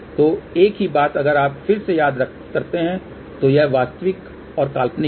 तो एक ही बात अगर आप फिर से याद करते हैं तो यह वास्तविक और काल्पनिक है